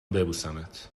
ببوسمت